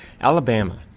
Alabama